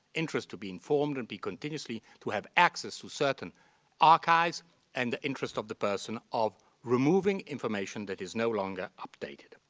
interest to be informed and be continuously to have access to certain archives and the interest of the person of removing information that is no longer updated.